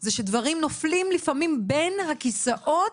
זה שדברים נופלים לפעמים בין הכיסאות,